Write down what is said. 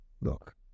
Look